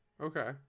Okay